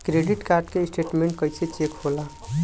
Credit card के statement कइसे check होला?